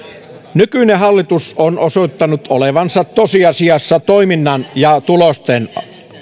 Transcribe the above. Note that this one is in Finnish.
nykyinen hallitus on osoittanut olevansa tosiasiassa toiminnan ja tulosten